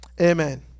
Amen